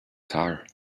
tar